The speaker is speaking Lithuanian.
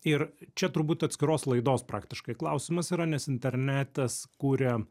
ir čia turbūt atskiros laidos praktiškai klausimas yra nes internetas kuria